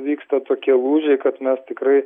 vyksta tokie lūžiai kad mes tikrai